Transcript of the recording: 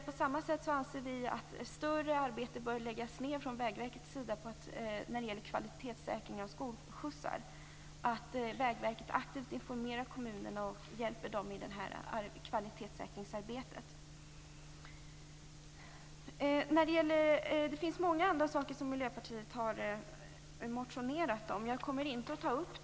På samma sätt anser vi att större arbete bör läggas ned från Vägverkets sida när det gäller kvalitetssäkring av skolskjutsar, att Vägverket aktivt skall informera kommunerna och hjälpa dem i detta kvalitetssäkringsarbete. Det finns många andra saker som Miljöpartiet har motionerat om, men jag kommer inte att ta upp dem.